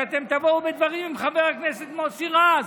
שאתם תבואו בדברים עם חבר הכנסת מוסי רז.